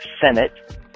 senate